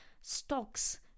stocks